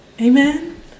Amen